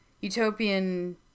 utopian